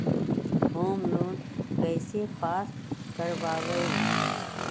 Home loan कैसे pass कर बाबई?